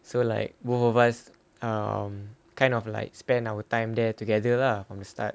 so like both of us um kind of like spend our time there together lah from the start